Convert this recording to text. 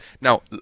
Now